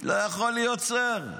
לא יכול להיות שר.